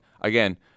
again